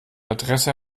adresse